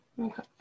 Okay